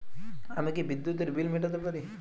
আমি কি বিদ্যুতের বিল মেটাতে পারি?